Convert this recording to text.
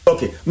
Okay